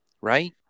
Right